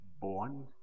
born